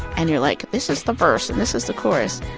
and you're like, this is the verse, and this is the chorus.